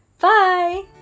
bye